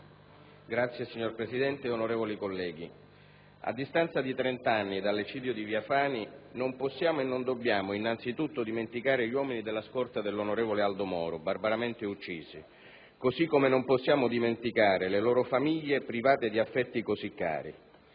Signor Presidente, onorevoli colleghi, a distanza di trent'anni dall'eccidio di via Fani non possiamo e non dobbiamo innanzitutto dimenticare gli uomini della scorta dell'onorevole Aldo Moro, barbaramente uccisi, così come non possiamo dimenticare le loro famiglie private di affetti così cari;